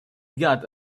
got